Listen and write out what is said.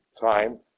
time